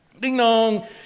Ding-dong